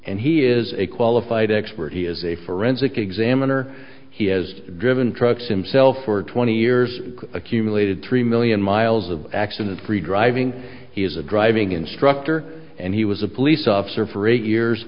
and he is a qualified expert he is a forensic examiner he has driven trucks him self for twenty years accumulated three million miles of accident free driving he is a driving instructor and he was a police officer for eight years